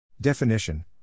Definition